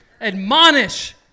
admonish